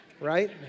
Right